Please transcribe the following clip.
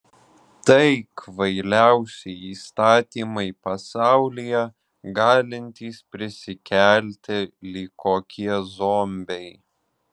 tai kvailiausi įstatymai pasaulyje galintys prisikelti lyg kokie zombiai